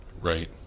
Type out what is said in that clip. Right